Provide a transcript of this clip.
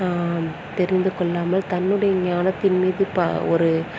தெரிந்து கொள்ளாமல் தன்னுடைய ஞானத்தின் மீது பா ஒரு